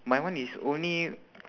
my one is only